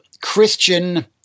Christian